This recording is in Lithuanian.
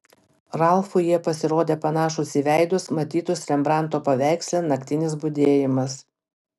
ralfui jie pasirodė panašūs į veidus matytus rembranto paveiksle naktinis budėjimas